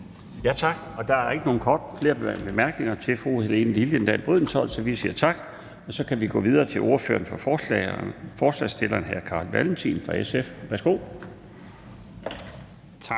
Tak. Der er ikke flere korte bemærkninger til fru Helene Liliendahl Brydensholt, så vi siger tak, og vi kan gå videre til ordføreren for forslagsstillerne, hr. Carl Valentin fra SF. Værsgo. Kl.